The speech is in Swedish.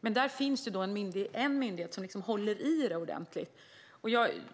Men där finns en myndighet som håller i frågorna ordentligt.